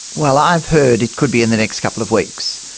well, i've heard it could be in the next couple of weeks.